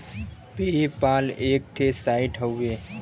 पे पाल एक ठे साइट हउवे